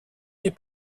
des